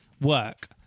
work